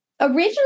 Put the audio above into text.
originally